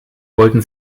wollten